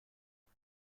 این